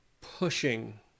pushing